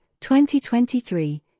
2023